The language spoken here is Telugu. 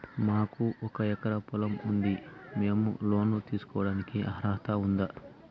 మాకు ఒక ఎకరా పొలం ఉంది మేము లోను తీసుకోడానికి అర్హత ఉందా